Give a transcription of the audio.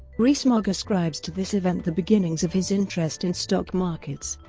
rees-mogg ascribes to this event the beginnings of his interest in stock markets.